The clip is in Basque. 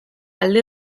alde